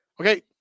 Okay